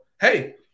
hey